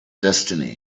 destiny